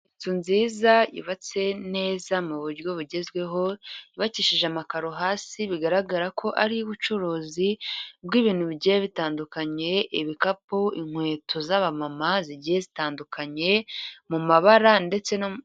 Inzu nziza yubatse neza mu buryo bugezweho, yubakishije amakaro hasi bigaragara ko ari uy'ubucuruzi bw'ibintu bigiye bitandukanye ibikapu, inkweto z'abamama zigiye zitandukanye mu mabara ndetse no mu ngano.